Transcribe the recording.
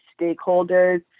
stakeholders